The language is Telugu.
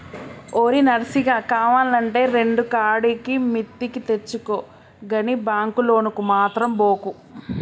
ఓరి నర్సిగా, కావాల్నంటే రెండుకాడికి మిత్తికి తెచ్చుకో గని బాంకు లోనుకు మాత్రం బోకు